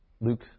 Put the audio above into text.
Luke